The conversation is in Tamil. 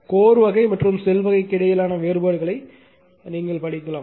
கோர் வகை மற்றும் ஷெல் வகைக்கு இடையிலான வேறுபாடுகளை நீங்கள் படிக்கலாம்